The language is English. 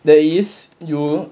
that is you